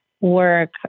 work